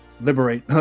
liberate